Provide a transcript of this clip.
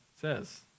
says